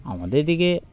আমাদের দিকে